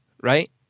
right